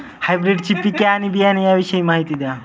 हायब्रिडची पिके आणि बियाणे याविषयी माहिती द्या